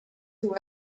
who